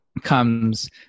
comes